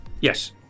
Yes